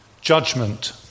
judgment